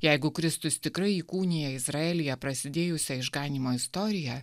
jeigu kristus tikrai įkūnija izraelyje prasidėjusią išganymo istoriją